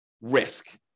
risk